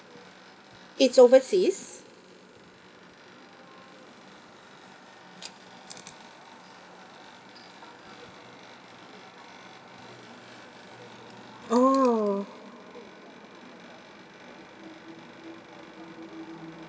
it's overseas oh